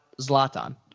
Zlatan